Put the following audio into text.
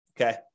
okay